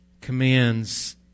commands